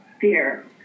fear